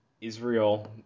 Israel